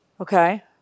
Okay